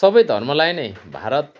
सबै धर्मलाई नै भारत